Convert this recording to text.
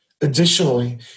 Additionally